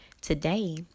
Today